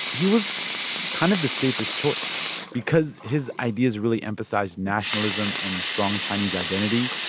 he was kind of the safest choice because his ideas really emphasized nationalism and strong chinese identity.